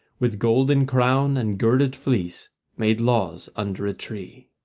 with golden crown and girded fleece made laws under a tree.